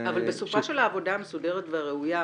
אבל בסופה של העבודה המסודרת והראויה,